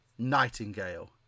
Nightingale